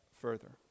further